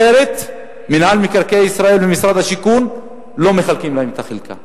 אחרת מינהל מקרקעי ישראל ומשרד השיכון לא מחלקים להם את החלקה.